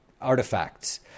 artifacts